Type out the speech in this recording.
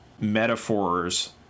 metaphors